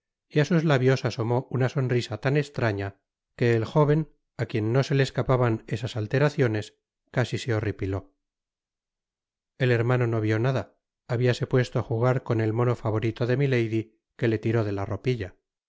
y á sus labios asomó una sonrisa tan estrafla que el jóven á quien no se le escaparon esas alteraciones casi se horripiló el hermano no vio nada habiase puesto á jugar con el mono favorito de milady que le tiró de la ropilla